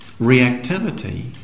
reactivity